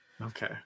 Okay